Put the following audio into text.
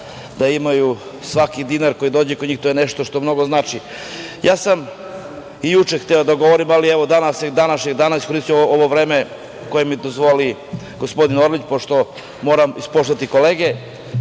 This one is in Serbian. da imaju svaki dinar koji dođe kod njih. To je nešto što mnogo znači. Ja sam i juče hteo da govorim, ali evo današnjeg dana bih da iskoristim ovo vreme koje mi dozvoli gospodin Orlić, pošto moram ispoštovati kolege.